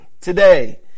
today